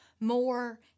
more